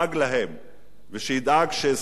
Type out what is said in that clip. ושידאג שזכויותיהם יישמרו,